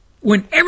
whenever